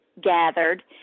gathered